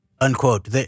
Unquote